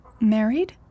married